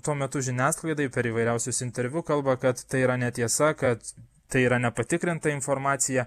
tuo metu žiniasklaidai per įvairiausius interviu kalba kad tai yra netiesa kad tai yra nepatikrinta informacija